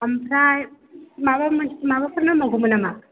ओमफ्राय माबाफोर नांबावगौमोन नामा